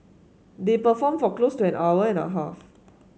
they performed for close an hour and a half